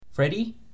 Freddie